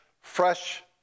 fresh